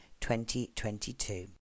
2022